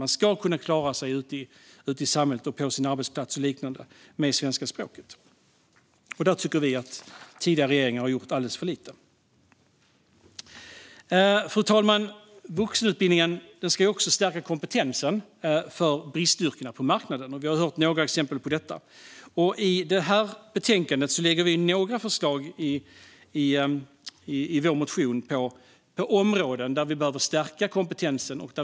Man ska kunna klara sig ute i samhället och på sin arbetsplats och liknande med svenska språket. Där tycker vi att tidigare regeringar har gjort alldeles för lite. Fru talman! Vuxenutbildningen ska också stärka kompetensen när det gäller bristyrken på marknaden. Vi har hört några exempel på detta. När det gäller det här betänkandet lägger vi fram några förslag i vår motion på områden där vi behöver stärka kompetensen.